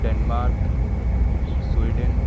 Denmark Sweden